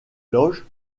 loge